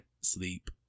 sleep